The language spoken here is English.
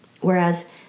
Whereas